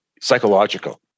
psychological